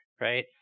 right